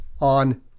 on